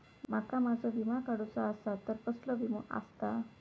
माका माझो विमा काडुचो असा तर कसलो विमा आस्ता?